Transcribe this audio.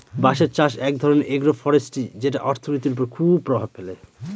বাঁশের চাষ এক ধরনের এগ্রো ফরেষ্ট্রী যেটা অর্থনীতির ওপর খুব প্রভাব ফেলে